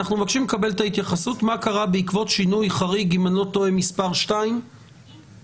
אנחנו מבקשים לקבל את ההתייחסות מה קרה בעקבות שינוי חריג מספר 1 ו-2,